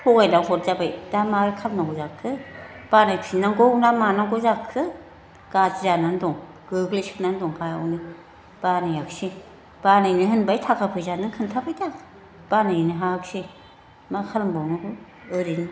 थगायना हरजाबाय दा मा खालामनांगौ जाखो बानायफिन्नांगौ ना मानांगौ जाखो गाज्रि जानानै दं गोग्लैसोनानै दं गाहायावनो बानायखिसै बानायनो होनबाय थाखा फैसायानो खोन्थाबाय दा बानायनो हायाखिसै मा खालामबावनांगौ ओरैनो